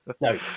No